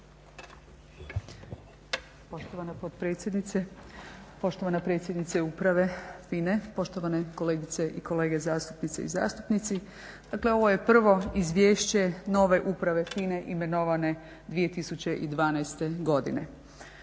Poštovana potpredsjednice, poštovana predsjednice uprave FINA-e, poštovane kolegice i kolege zastupnice i zastupnici. Dakle, ovo je prvo Izvješće nove uprave FINA-e imenovane 2012. godine.